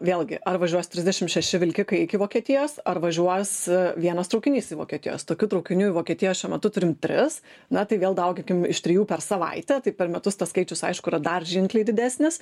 vėlgi ar važiuos trisdešim šeši vilkikai iki vokietijos ar važiuos vienas traukinys į vokietijos tokių traukinių į vokietiją šiuo metu turim tris na tai vėl dauginkim iš trijų per savaitę tai per metus tas skaičius aišku yra dar ženkliai didesnis